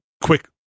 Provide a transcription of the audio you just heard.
quick